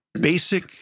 basic